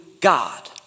God